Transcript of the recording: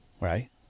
Right